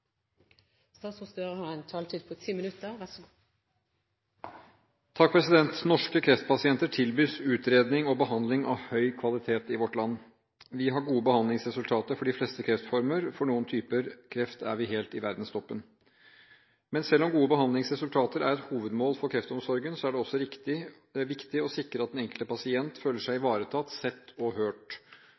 Norske kreftpasienter tilbys utredning og behandling av høy kvalitet. Vi har gode behandlingsresultater for de fleste kreftformer, og for noen typer kreft er vi helt i verdenstoppen. Men selv om gode behandlingsresultater er et hovedmål for kreftomsorgen, er det også viktig å sikre at den enkelte pasient føler seg ivaretatt, sett og hørt.